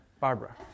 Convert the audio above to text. Barbara